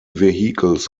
vehicles